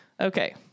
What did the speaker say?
Okay